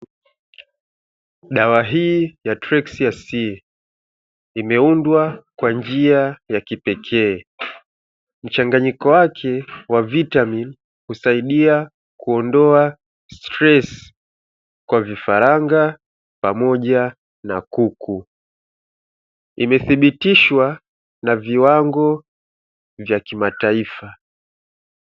Dawa hii ya trex ya si imeundwa kwa njia ya kipekee. Mchanganyiko wake wa vitamini husaidia kuondoa stresi Kwa vifaranga pamoja na kuku. Imethibitishwa na viwango vya kimataifa.